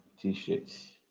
t-shirts